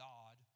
God